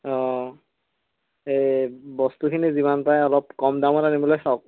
অ' এই বস্তুখিনি যিমান পাই অলপ কম দামত আনিবলৈ চাওক